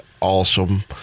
awesome